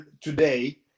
today